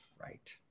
Right